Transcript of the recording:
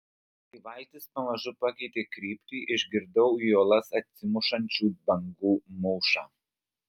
kai valtis pamažu pakeitė kryptį išgirdau į uolas atsimušančių bangų mūšą